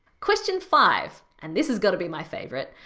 question five, and this has gotta be my favorite.